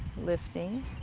lifting.